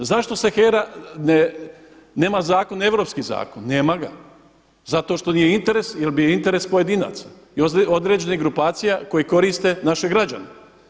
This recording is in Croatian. Zašto se HERA nema zakon, europski zakon, nema ga zato što nije interes jel je bio interes pojedinaca i određenih grupacija koji koriste naše građane.